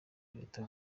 leta